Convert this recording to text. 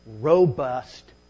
robust